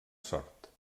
sort